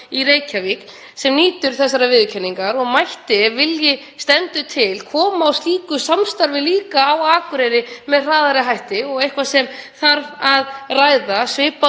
þarf að ræða, svipað og nú er í boði í tölvunarfræði við Háskólann á Akureyri sem gengur ótrúlega vel. Samvinna Háskólans á Akureyri og Háskólans í Reykjavík er algerlega til fyrirmyndar.